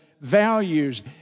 values